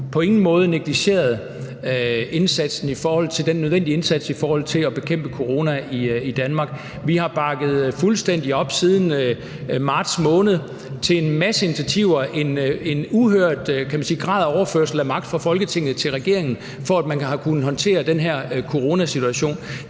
på ingen måde negligeret den nødvendige indsats i forhold til at bekæmpe corona i Danmark. Vi har siden marts måned bakket fuldstændig op om en masse initiativer og en uhørt grad af overførsel af magt fra Folketinget til regeringen, for at man har kunnet håndtere den her coronasituation.